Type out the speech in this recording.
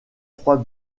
trois